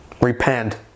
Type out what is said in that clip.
Repent